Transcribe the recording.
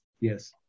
Yes